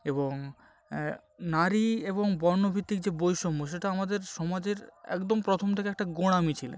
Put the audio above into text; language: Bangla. এবং নারী এবং বর্ণ ভিত্তিক যে বৈষম্য সেটা আমাদের সমাজের একদম প্রথম থেকে একটা গোঁড়ামি ছিল